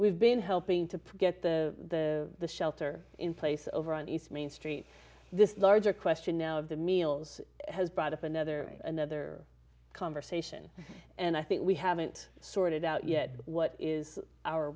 we've been helping to get the the the shelter in place over on its main street this larger question now of the meals has brought up another another conversation and i think we haven't sorted out yet what is our